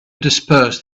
disperse